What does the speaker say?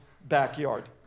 backyard